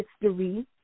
History